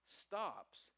stops